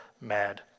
mad